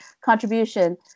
contribution